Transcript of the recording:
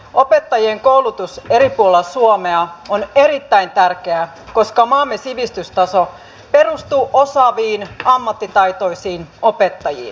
opettajien koulutus eri puolilla suomea on erittäin tärkeää koska maamme sivistystaso perustuu osaaviin ammattitaitoisiin opettajiin